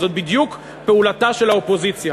זו בדיוק פעולתה של האופוזיציה: